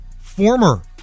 former